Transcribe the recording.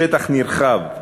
בשטח נרחב,